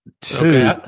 Two